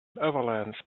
avalanche